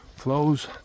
flows